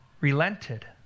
relented